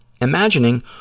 imagining